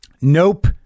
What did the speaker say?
nope